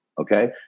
Okay